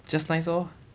just nice lor